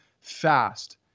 fast